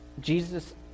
Jesus